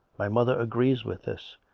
my mother agrees with this.